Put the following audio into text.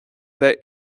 bheith